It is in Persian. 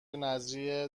نذریه